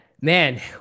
Man